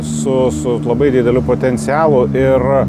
su su labai dideliu potencialu ir